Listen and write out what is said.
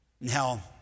Now